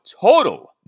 total